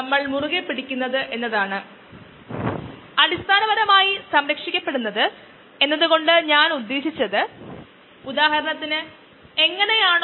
നമ്മൾ കോശങ്ങളുടെ സാന്ദ്രത ആസൂത്രണം ചെയ്യുകയാണെങ്കിൽ നമ്മൾ ഒരു ഡെത്ത് ഫേസ് കാണും അവിടെ കോശങ്ങളുടെ സാന്ദ്രത കുറയുന്നു